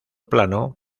plano